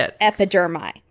epidermis